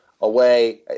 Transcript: away